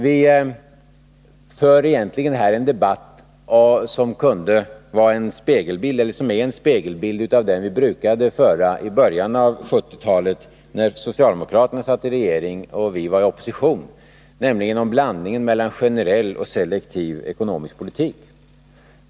Vi för här en debatt som är en spegelbild av den debatt vi brukade föra i början av 1970-talet när socialdemokraterna satt i regeringsställning och vi var i opposition — debatten om blandningen av generell och selektiv ekonomisk politik.